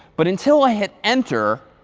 but until i hit enter,